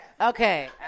Okay